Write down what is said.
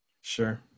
Sure